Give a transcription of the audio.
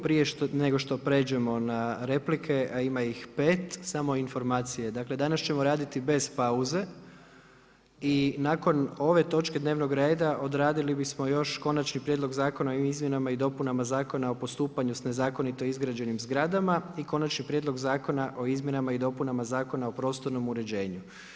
Prije nego što prijeđemo na replike, a ima ih 5, samo informacije, dakle, danas ćemo raditi bez pauze i nakon ove točke dnevnog reda odradili bismo još Konačni prijedlog Zakona o izmjenama i dopunama Zakona o postupanju sa nezakonito izgrađenim zgradama i Konačni prijedlog Zakona o izmjenama i dopunama Zakona o prostornu uređenju.